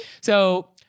So-